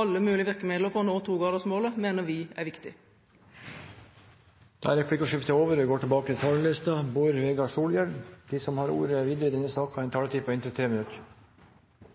alle mulige virkemidler for å nå togradersmålet mener vi er viktig. Replikkordskiftet er omme. De talere som heretter får ordet, har en taletid på inntil 3 minutter.